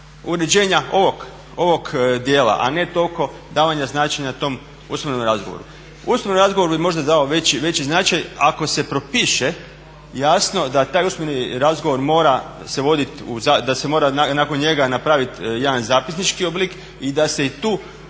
uređenja ovog dijela, a ne toliko davanja značenja tom usmenom razgovoru. Usmeni razgovor bi možda dao veći značaj. Ako se propiše jasno da taj usmeni razgovor se mora voditi, da se mora nakon njega napravit jedan zapisnički oblik i da se i tu